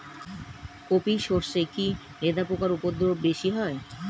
কোপ ই সরষে কি লেদা পোকার উপদ্রব বেশি হয়?